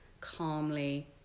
calmly